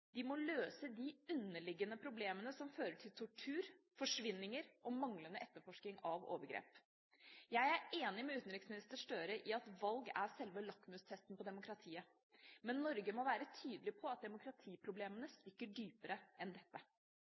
De må løse de underliggende problemene som fører til tortur, forsvinninger og manglende etterforskning av overgrep. Jeg er enig med utenriksminister Støre i at valg er sjølve lakmustesten på demokratiet, men Norge må være tydelig på at demokratiproblemene stikker dypere enn dette.